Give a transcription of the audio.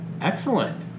Excellent